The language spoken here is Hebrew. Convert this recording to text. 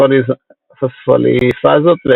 פוספוליפאזות ואנזימים,